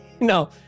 no